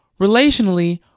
relationally